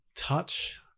Touch